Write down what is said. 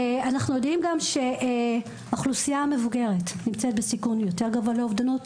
אנחנו יודעים גם שהאוכלוסייה המבוגרת נמצאת בסיכון יותר גבוה לאובדנות,